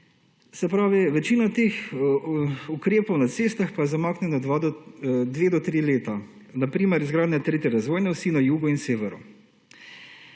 Se pravi, večina teh ukrepov na cestah pa je zamaknjena od 2 do 3 leta. Na primer, izgradnja tretje razvojne osi na jugu in severu.